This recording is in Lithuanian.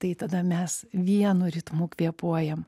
tai tada mes vienu ritmu kvėpuojam